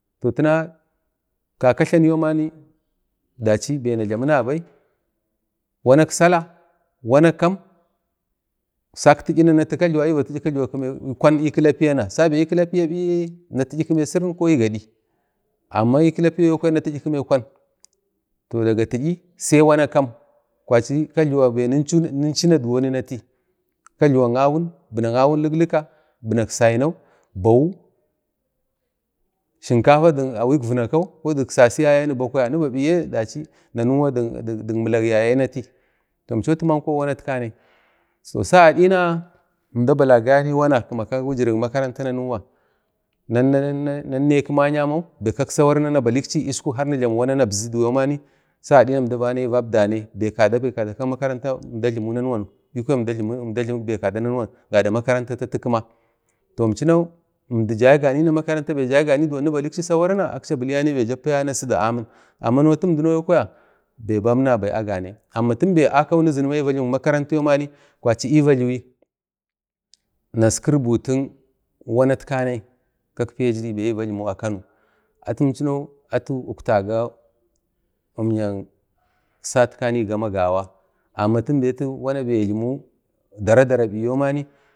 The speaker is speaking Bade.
toh tina kaka tlanuyoman dachi bai na jlami nabai wanak sallah wana kam sak ti'yi nati kajliwa ni va ti'yi kima kwan ni kitapiyana ni kilapiya biye na ti'yi kajluwa ə sirin ko gadi amma ni kilapiya yokwa na ti'yi kima ə kwan toh daga ti'yi sai wana kam dachi kajluwa bai nunchu nati sai nati kajluwak Awun binak nik-nika, binak sinau, bawu, shinkafa div awikvinakau ko sasi yaye niba kwaya niba biye dachi nanuwa dik imlak yaye nati toh əmchau atimanko wanat kanai, sagadi na amda balagaya wama kima kak bek makaranta nanuwa nan naiki ma'yamau dik kak sawara nabalikchi iskuk har ni ji jlamu wana nabzudu yo bani sa gadi əmda va nayi vabdanai bekada kak makaranta əmda jlimu nan wan bikwa əmda jlimik bai kada nanuwan gadak makaranta tati kima əmchinau əmdi jai gamai makaranta bai jai ganai ni baleski sawara na akchi abilayane bai jappa yaye nasidu amin amma notu əmdino kwaya bai bam nabai aganai amma tinabai akau ni zunuma ni va jlimik amaranta yau mani kwachi ni va jliwi naski rubutuk wanat kanai kaka bai ni va jlimu a Kano atimchinau gama uktaga satkanai gama gawa amma tinda atu ya jlimi dara-dara yo mani